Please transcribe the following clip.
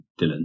Dylan